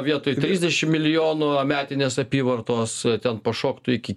vietoj trisdešimt milijonų metinės apyvartos ten pašoktų iki